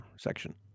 section